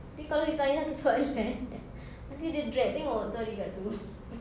dia kalau reply satu soalan nanti dia drag tengok itu hari dekat itu